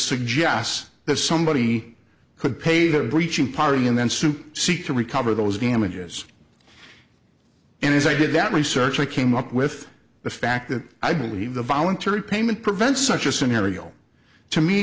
suggests that somebody could pay for breaching party and then suit seek to recover those damages and as i did that research i came up with the fact that i believe the voluntary payment prevent such a scenario to me